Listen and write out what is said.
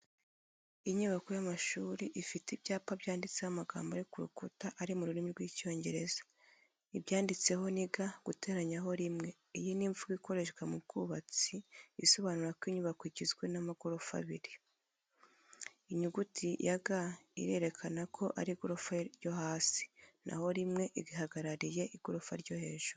Inyubako y’amashuri ifite ibyapa byanditseho amagambo ari kurukuta ari mu rurimi rw'icyongereza. ibyanditseho ni g guteranyaho rimwe iyi ni imvugo ikoreshwa mu bwubatsi isobanura ko inyubako igizwe n’amagorofa abiri. Inyuguti ya g irerekana ko ari igofa ryo hasi naho rimwe ihagarariye igorofa ryo hejuru.